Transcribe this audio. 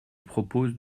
propose